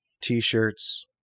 T-shirts